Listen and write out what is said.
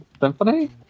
Symphony